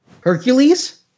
Hercules